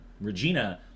regina